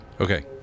Okay